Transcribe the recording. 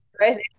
right